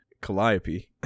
Calliope